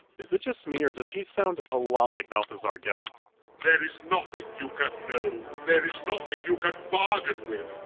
is it just me, or does he sound a lot like balthasar gelt? serstan there is nothing you can know. there is nothing you can bargain with.